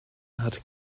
hat